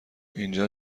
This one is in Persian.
اینجا